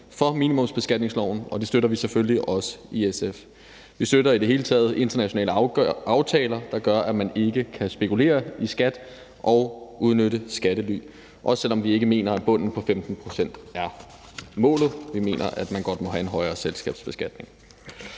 for minimumsbeskatningsloven, og det støtter vi selvfølgelig også i SF. Vi støtter i det hele taget internationale aftaler, der gør, at man ikke kan spekulere i skat og udnytte skattely, også selv om vi ikke mener, at bunden på 15 pct. er målet; vi mener, at man godt må have en højere selskabsbeskatning.